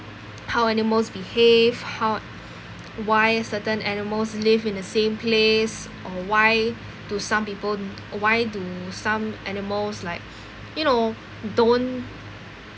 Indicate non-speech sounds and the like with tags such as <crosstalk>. how animals behave how <breath> why certain animals live in the same place or why do some people why do some animals like you know don't